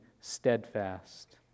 steadfast